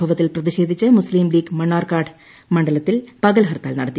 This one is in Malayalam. സംഭവത്തിൽ പ്രതിഷേധിച്ച് മുസ്ലിം് ലീഗ് മണ്ണാർക്കാട് മണ്ഡലത്തിൽ പകൽ ഹർത്താൽ നടത്തി